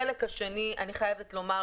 אני חייבת לומר,